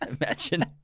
Imagine